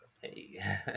hey